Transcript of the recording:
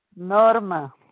Norma